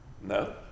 No